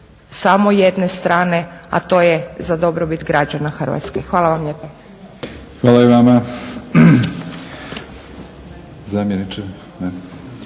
samo jedne strane, a to je za dobrobit građana Hrvatske. Hvala vam lijepa. **Batinić,